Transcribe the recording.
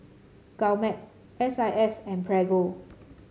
Gourmet S I S and Prego